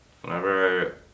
Whenever